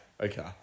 okay